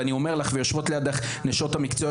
ויושבות לידך נשות המקצוע,